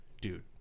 dude